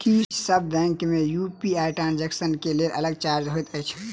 की सब बैंक मे UPI transaction केँ लेल अलग चार्ज होइत अछि?